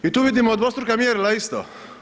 I tu vidimo dvostruka mjerila isto.